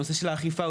נושא האכיפה,